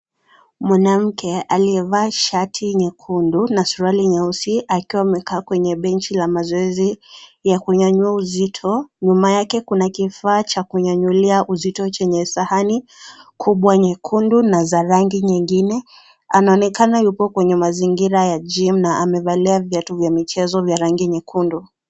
Mwanamke aliyevaa shati nyekundu na suruali nyeusi akiwa amekaa kwenye benchi la mazoezi la kunyanyua uzito. Nyuma yake kuna kifaa cha kunyanyulia uzito chenye sahani kubwa nyekundu na za rangi nyingine. Anaonekana yupo kwenye mazingira ya gym na amevalia viatu vya michezo vya rangi nyekundu.